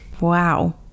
wow